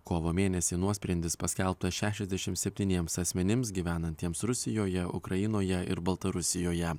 kovo mėnesį nuosprendis paskelbtas šešiasdešimt septyniems asmenims gyvenantiems rusijoje ukrainoje ir baltarusijoje